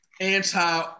anti